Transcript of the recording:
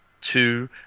two